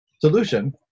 solution